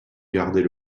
garder